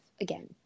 again